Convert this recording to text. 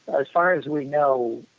as far as we know,